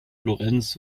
florenz